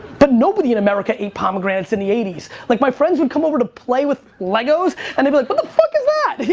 but nobody in america ate pomegranates in the eighty s. like my friends would come over to play legos and they'd be like what the fuck is that?